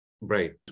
Right